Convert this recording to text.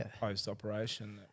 post-operation